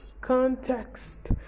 context